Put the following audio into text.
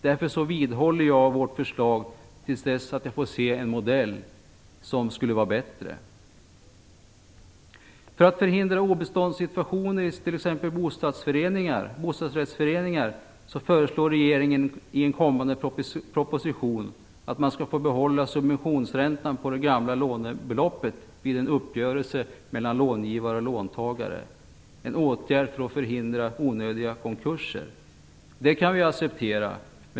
Därför vidhåller jag vårt förslag till dess att jag får se en modell som skulle vara bättre. För att förhindra obeståndssituationer i t.ex. bostadsrättsföreningar avser regeringen att i en kommande proposition föreslå att man skall få behålla subventionsräntan på det gamla lånebeloppet vid en uppgörelse mellan långivare och låntagare. Det är en åtgärd för att förhindra onödiga konkurser. Det kan vi acceptera.